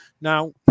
Now